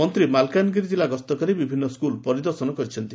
ମନ୍ତୀ ମାଲକାନଗିରି କିଲ୍ଲୁ ଗସ୍ତ କରି ବିଭିନ୍ନ ସ୍କୁଲ ପରିଦର୍ଶନ କରିଛନ୍ତି